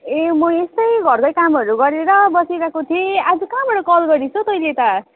ए म यस्तै घरकै कामहरू गरेर बसिरहेको थिएँ आज कहाँबाट कल गरिस् हौ तैँले त